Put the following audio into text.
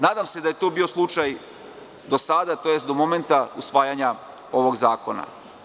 Nadam se da je to bio slučaj do sada, tj. do momenta usvajanja ovog zakona.